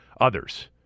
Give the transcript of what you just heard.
others